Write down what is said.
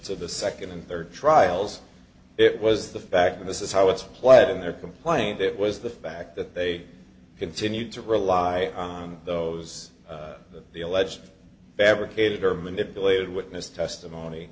to the second and third trials it was the fact that this is how it's played in their complaint it was the fact that they continued to rely on those the alleged barricaded or manipulated witness testimony